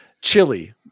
Chili